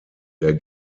der